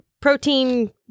protein